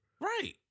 Right